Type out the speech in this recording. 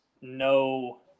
no